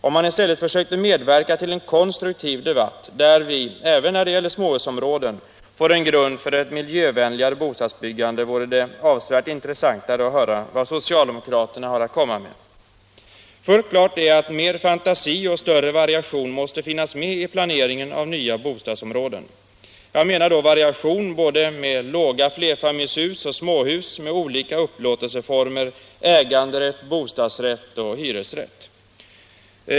Om man i stället försökte medverka till en konstruktiv debatt, där vi — även när det gäller småhusområden — får en grund för ett mera miljövänligt bostadsbyggande, vore det avsevärt intressantare att höra vad socialdemokraterna har att komma med. Fullt klart är att mer fantasi och större variation måste finnas med vid planeringen av nya bostadsområden. Jag menar då en variation med både låga flerfamiljshus och småhus med olika upplåtelseformer — äganderätt, bostadsrätt och hyresrätt.